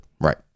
Right